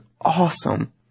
awesome